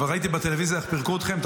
אבל ראיתי בטלוויזיה איך פירקו אתכם.